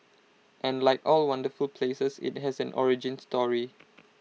and like all wonderful places IT has an origin story